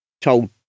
told